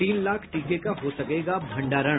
तीन लाख टीके का हो सकेगा भंडारण